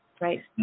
Right